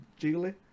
jiggly